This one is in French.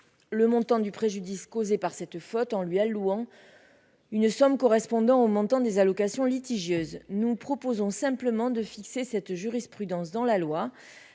le montant du préjudice causé par cette faute en lui allouant une somme correspondant au montant des allocations litigieuse nous proposons simplement de fixer cette jurisprudence dans la loi